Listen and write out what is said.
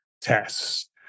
tests